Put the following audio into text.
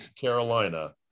Carolina